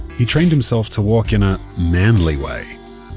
he trained himself to walk in a manly way.